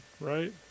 right